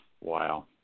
Wow